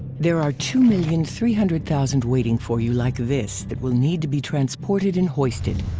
there are two million three hundred thousand waiting for you like this that will need to be transported and hoisted.